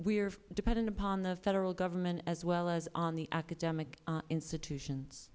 are dependent on the federal government as well as on the academic institutions